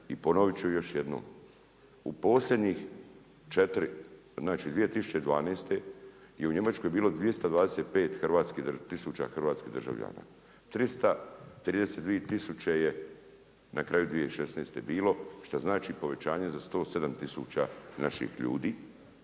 I ponovit ću još jednom, u posljednjih četiri znači 2012. je u Njemačkoj bilo 225 tisuća hrvatskih državljana. 332 tisuće je na kraju 2016. bilo što znači povećanje za 107 tisuća naših ljudi,